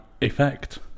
effect